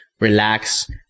relax